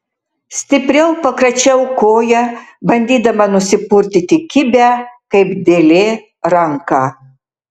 stipriau pakračiau koją bandydama nusipurtyti kibią kaip dėlė ranką